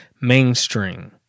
mainstream